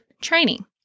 training